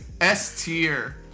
s-tier